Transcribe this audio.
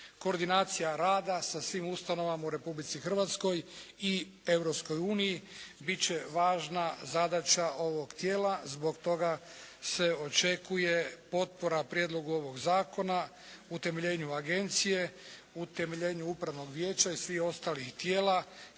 Koordinacija rada sa svim ustanovama u Republici Hrvatskoj i Europskoj uniji bit će važna zadaća ovog tijela. Zbog toga se očekuje potpora prijedlogu ovog zakona, utemeljenju agencije, utemeljenju upravnog vijeća i svih ostalih tijela